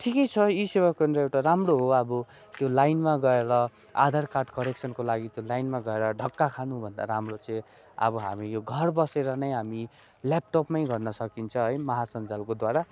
ठिकै छ ई सेवा केन्द्र एउटा राम्रो हो अब त्यो लाइनमा गएर आधार कार्ड करेक्सनको लागि त्यो लाइनमा गएर धक्का खानुभन्दा राम्रो चाहिँ अब हामी घर बसेर नै हामी ल्यापटपमै गर्न सकिन्छ है महासञ्जालको द्वारा